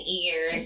ears